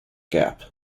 gap